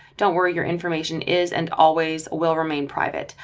don't worry, your information is and always will remain private.